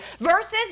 Versus